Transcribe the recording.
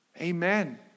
Amen